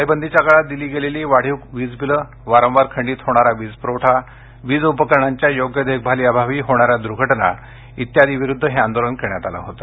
टाळेबंदीच्या काळात दिली गेलेली वाढीव वीजबीले वारंवार खंडीत होणारा वीजप्रवठा वीज उपकरणांच्या योग्य देखभाली अभावी होणार्याग दुर्घटना आदी कारभाराविरोधात हे आंदोलन करण्यात आलं होतं